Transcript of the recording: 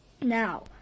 Now